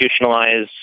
institutionalize